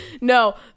No